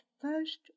first